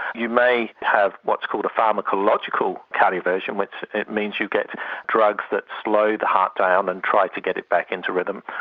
you may have what's called a pharmacological cardioversion which means you get drugs that slow the heart down and try to get it back into rhythm,